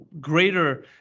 greater